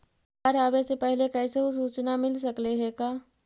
बाढ़ आवे से पहले कैसहु सुचना मिल सकले हे का?